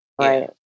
right